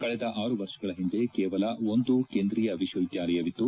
ಕಳೆದ ಆರು ವರ್ಷಗಳ ಹಿಂದೆ ಕೇವಲ ಒಂದು ಕೇಂದ್ರೀಯ ವಿಶ್ವವಿದ್ಯಾಲಯವಿತ್ತು